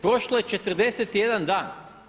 Prošlo je 41 dan.